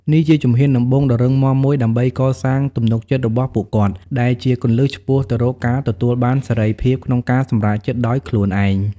នេះជាជំហានដំបូងដ៏រឹងមាំមួយដើម្បីកសាងទំនុកចិត្តរបស់ពួកគាត់ ដែលជាគន្លឹះឆ្ពោះទៅរកការទទួលបានសេរីភាពក្នុងការសម្រេចចិត្តដោយខ្លួនឯង។